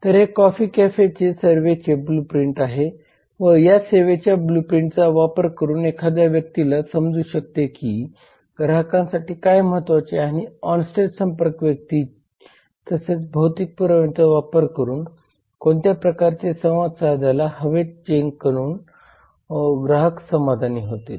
तर हे कॉफी कॅफेच्या सेवेचे ब्लूप्रिंट आहे व या सेवेच्या ब्लूप्रिंटचा वापर करून एखाद्या व्यक्तीला समजू शकते की ग्राहकांसाठी काय महत्वाचे आहे आणि ऑनस्टेज संपर्क व्यक्ती तसेच भौतिक पुराव्यांचा वापर करून कोणत्या प्रकारचे संवाद साधायला हवेत जेणेकरून ग्राहक समाधानी होतील